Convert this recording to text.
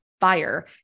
fire